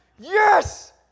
Yes